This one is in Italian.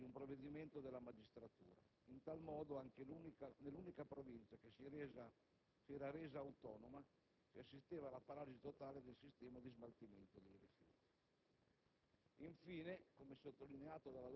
di Lo Uttaro a Caserta sulla base di un provvedimento della magistratura. In tal modo, nell'unica Provincia che si era resa autonoma, si assisteva alla paralisi totale del sistema di smaltimento dei rifiuti.